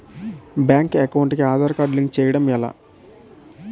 Bank account కి Aadhaar card link చేయడం ఎలా?